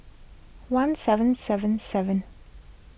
one seven seven seven